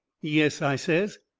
yes, i says,